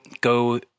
go